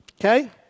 Okay